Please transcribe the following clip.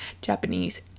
Japanese